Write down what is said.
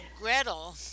gretel